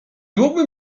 mógłby